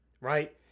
right